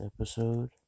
episode